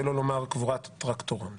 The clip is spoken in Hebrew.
שלא לומר קבורת טרקטורון.